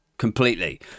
Completely